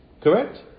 Correct